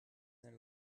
their